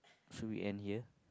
should we end here